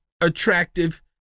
attractive